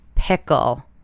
pickle